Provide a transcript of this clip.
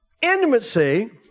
Intimacy